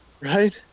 right